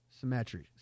symmetry